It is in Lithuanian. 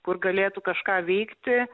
kur galėtų kažką veikti